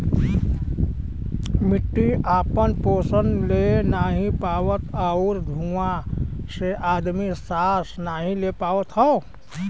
मट्टी आपन पोसन ले नाहीं पावत आउर धुँआ से आदमी सांस नाही ले पावत हौ